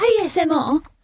ASMR